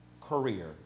career